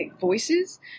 voices